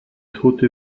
tote